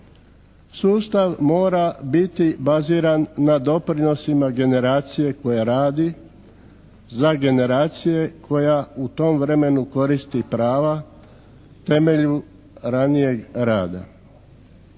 Sustav mora biti baziran na doprinosima generacije koja radi za generacije koja u tom vremenu koristi prava temelju ranijeg rada.